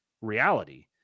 reality